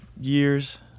years